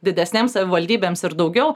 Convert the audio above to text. didesnėms savivaldybėms ir daugiau